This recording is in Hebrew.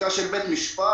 פסיקה של בית משפט,